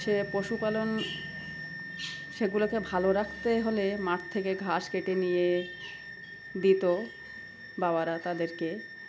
সে পশুপালন সেগুলোকে ভালো রাখতে হলে মাঠ থেকে ঘাস কেটে নিয়ে দিতো বাবারা তাদেরকে